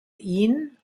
ihn